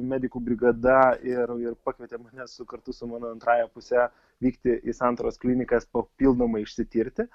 medikų brigada ir ir pakvietė mane su kartu su mano antrąja puse vykti į santaros klinikas papildomai išsitirti